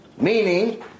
Meaning